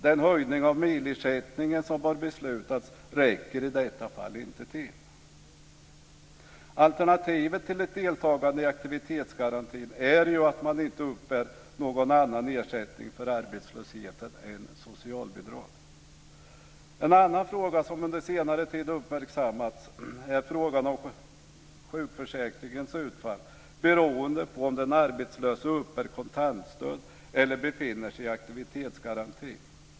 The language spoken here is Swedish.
Den höjning av milersättningen som beslutats räcker i detta fall inte till. Alternativet till ett deltagande i aktivitetsgarantin är ju att man inte uppbär någon annan ersättning vid arbetslöshet än socialbidrag. En annan fråga som under senare tid har uppmärksammats är frågan om sjukförsäkringens utfall beroende på om den arbetslöse uppbär kontantstöd eller befinner sig i aktivitetsgarantin.